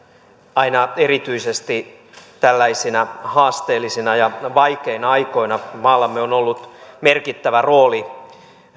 aina erityisesti tällaisina haasteellisina ja vaikeina aikoina maallamme on ollut merkittävä rooli